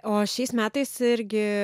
o šiais metais irgi